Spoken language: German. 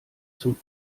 zum